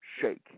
shake